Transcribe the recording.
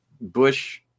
Bush